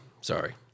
Sorry